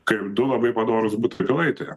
kaip du labai padorūsbutai pilaitėje